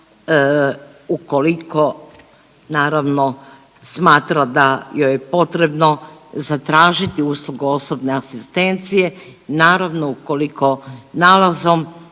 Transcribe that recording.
ukoliko naravno smatra da joj je potrebno zatražiti uslugu osobne asistencije, naravno ukoliko nalazom